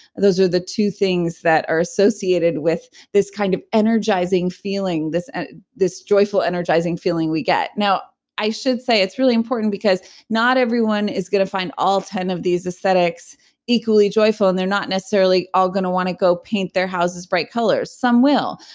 those are the two things that are associated with this kind of energizing feeling, this and this joyful energizing feeling we get now, i should say it's really important because not everyone is going to find all ten of these aesthetics equally joyful and they're not necessarily all going to want to go paint their houses, bright colors, some will.